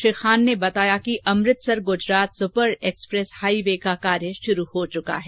श्री खान ने बताया कि Amritsar Gujarat super express highway का कार्य शुरू हो चुका है